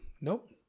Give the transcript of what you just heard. Nope